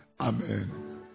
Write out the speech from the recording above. Amen